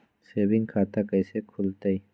Saving खाता कैसे खुलतई?